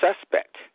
suspect